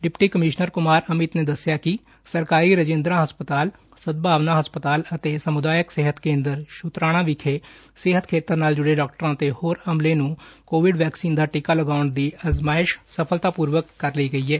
deputy commissioner Kumar Amit ਨੇ ਦੱਸਿਆ ਕਿ ਸਰਕਾਰੀ ਰਜਿੰਦਰਾ ਹਸਪਤਾਲ ਸਦਭਾਵਨਾ ਹਸਪਤਾਲ ਅਤੇ ਸਮੁਦਾਇਕ ਸਿਹਤ ਕੇ'ਦਰ ਸੁਤਰਾਵਾ ਵਿਖੇ ਸਿਹਤ ਖੇਤਰ ਨਾਲ ਜੁੜੇ ਡਾਕਟਰ' ਤੇ ਹੋਰ ਅਮਲੇ ਨੂੰ ਕੋਵਿਡ ਵੈਕਸੀਨ ਦਾ ਟੀਕਾ ਲਗਾਊਣ ਦੀ ਅਜਮਾਇਸ਼ ਸਫਲਤਾ ਪੁਰਵਕ ਮੁਕੰਮਲ ਕਰ ਲਈ ਗਈ ਹੈ